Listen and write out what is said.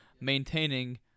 maintaining